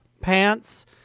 pants